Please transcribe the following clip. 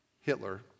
Hitler